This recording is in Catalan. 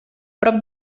prop